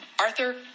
Arthur